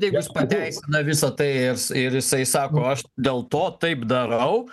jeigu jis pateisina visa tai ir s ir jisai sako aš dėl to taip darau